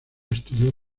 estudió